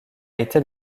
été